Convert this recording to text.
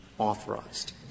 authorized